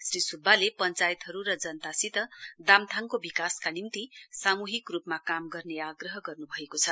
श्री सुब्बाले पञ्चायतहरू र जनतासित दाम्थाङको विकासका निम्ति साम्हिक रूपमा काम गर्ने आग्रह गर्न्भएको छ